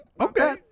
Okay